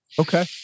okay